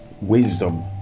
wisdom